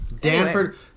Danford